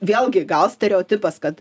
vėlgi gal stereotipas kad